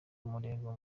umurego